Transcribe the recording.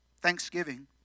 Thanksgiving